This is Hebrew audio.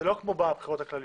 זה לא כמו בבחירות הכלליות.